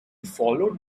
followed